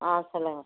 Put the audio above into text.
ஆ சொல்லுங்கள்